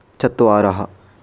चत्वारः